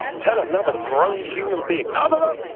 tell another grown human being ah, but